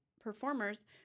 performers